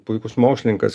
puikus mokslininkas